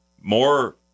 more